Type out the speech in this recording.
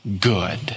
good